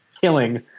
killing